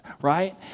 right